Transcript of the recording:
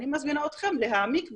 אני מזמינה אתכם להעמיק בזה,